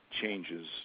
changes